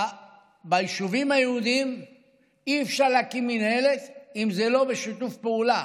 ביישובים היהודיים אי-אפשר להקים מינהלת אם זה לא בשיתוף פעולה